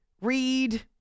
Read